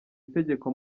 itegeko